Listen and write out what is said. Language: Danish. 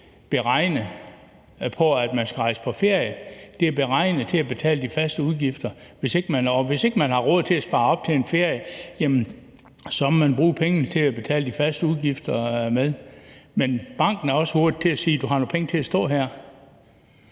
er beregnet til, at man skal rejse på ferie; de er beregnet til at betale de faste udgifter. Og hvis ikke man har råd til at spare op til en ferie, må man bruge pengene til at betale de faste udgifter med. Men banken er også hurtig til at sige: Du har nogle penge stående her.